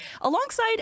alongside